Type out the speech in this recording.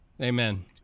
Amen